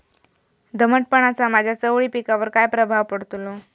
दमटपणाचा माझ्या चवळी पिकावर काय प्रभाव पडतलो?